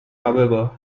however